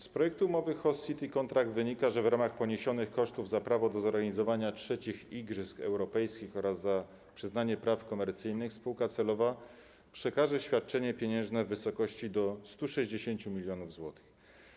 Z projektu umowy Host City Contract wynika, że w ramach poniesionych kosztów za prawo do zorganizowania III Igrzysk Europejskich oraz za przyznanie praw komercyjnych spółka celowa przekaże świadczenie pieniężne w wysokości do 160 mln zł.